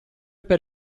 per